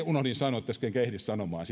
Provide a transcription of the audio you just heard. unohdin sanoa tässä enkä ehdi sanomaan